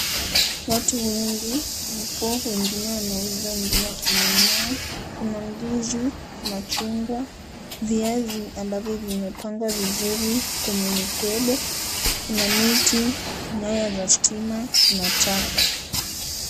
Watu wengi huko wengine wanauza wengine wakinunua kuna ndizi, machungwa , viazi ambavyo vimepangwa vizuri kwenye mikebe. Kuna miti, nyaya za stima, na taa.